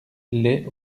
lès